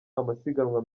amasiganwa